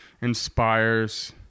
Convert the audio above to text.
inspires